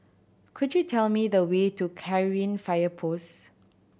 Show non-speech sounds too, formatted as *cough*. could you tell me the way to *unintelligible* Fire Post